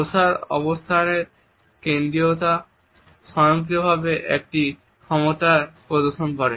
বসার অবস্থানের কেন্দ্রিয়তা স্বয়ংক্রিয়ভাবে একটি ক্ষমতার প্রদর্শন করে